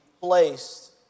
placed